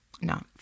No